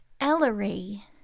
Ellery